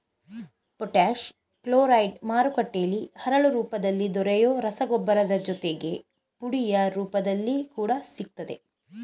potash chloride ಮಾರುಕಟ್ಟೆಲಿ ಹರಳು ರೂಪದಲ್ಲಿ ದೊರೆಯೊ ರಸಗೊಬ್ಬರ ಜೊತೆಗೆ ಪುಡಿಯ ರೂಪದಲ್ಲಿ ಕೂಡ ಸಿಗ್ತದೆ